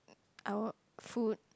I want food